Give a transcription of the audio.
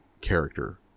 character